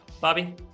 Bobby